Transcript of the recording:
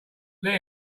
let